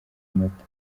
mata